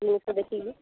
ମୁଁ ତ ଦେଖିକି